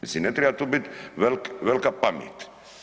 Mislim ne treba tu bit velika pamet.